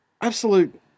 absolute